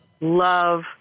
love